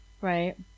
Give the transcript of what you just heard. Right